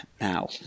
now